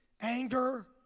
anger